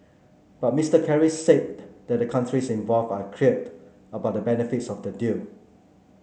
but Mister Kerry said that the countries involved are cleared about the benefits of the deal